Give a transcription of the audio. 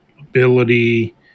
ability